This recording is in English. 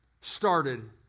started